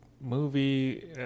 movie